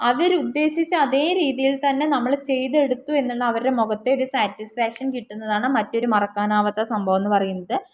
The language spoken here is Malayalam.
അവർ ഉദ്ദേശിച്ച അതേ രീതിയിൽ തന്നെ നമ്മൾ ചെയ്ത് എടുത്തു എന്നുള്ള അവരുടെ മുഖത്തെ ഒരു സാറ്റിസ്ഫാക്ഷൻ കിട്ടുന്നതാണ് മറ്റൊരു മറക്കാനാകാത്ത സംഭവം എന്ന് പറയുന്നത്